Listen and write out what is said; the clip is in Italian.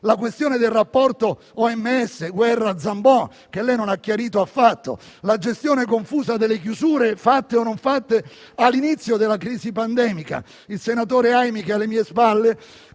la questione del rapporto OMS (Guerra-Zambon), che lei non ha chiarito; la gestione confusa delle chiusure fatte o non fatte all'inizio della crisi pandemica. Il senatore Aimi, che non è uno